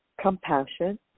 compassion